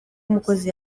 umukozi